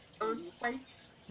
earthquakes